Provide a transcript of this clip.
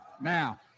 now